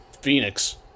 Phoenix